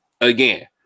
again